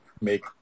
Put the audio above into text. make